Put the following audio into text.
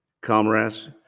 comrades